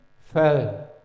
fell